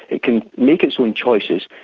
it can make its own choices,